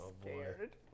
scared